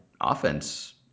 offense